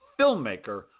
filmmaker